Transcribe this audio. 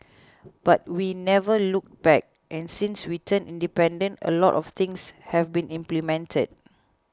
but we never looked back and since we turned independent a lot of things have been implemented